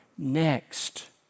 Next